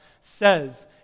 says